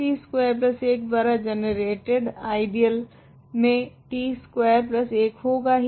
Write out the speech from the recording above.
t square 1 द्वारा generated ideal मे t square 1 होगा ही